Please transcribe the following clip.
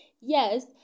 Yes